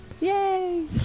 Yay